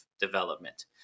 development